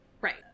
right